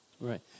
Right